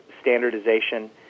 standardization